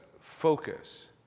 focus